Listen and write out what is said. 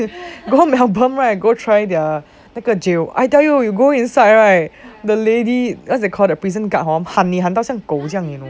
go melbourne right go and try 那个酒 I tell you inside right the lady what is it call the prison guard 喊你喊到像狗这样